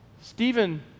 Stephen